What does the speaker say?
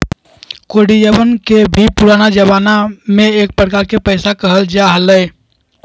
कौडियवन के भी पुराना जमाना में पैसा के एक प्रकार कहल जा हलय